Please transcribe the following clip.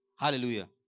Hallelujah